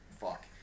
fuck